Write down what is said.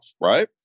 right